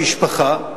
במשפחה,